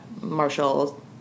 Marshall